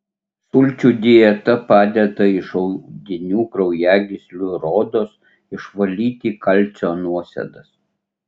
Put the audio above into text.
sulčių dieta padeda iš audinių kraujagyslių ir odos išvalyti kalcio nuosėdas